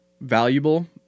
valuable